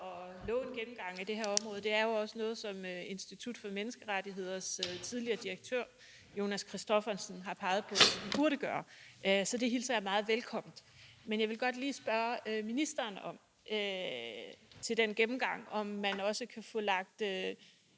nå en gennemgang af det her område. Det er jo også noget, som den tidligere direktør for Institut for Menneskerettigheder Jonas Christoffersen har peget på vi burde gøre, så det hilser jeg meget velkommen. Men jeg vil godt lige spørge ministeren om den gennemgang: Kan man også få lagt